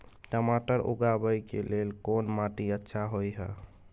टमाटर उगाबै के लेल कोन माटी अच्छा होय है?